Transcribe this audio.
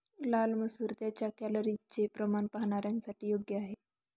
लाल मसूर त्यांच्या कॅलरीजचे प्रमाण पाहणाऱ्यांसाठी योग्य आहे